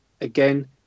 again